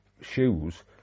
shoes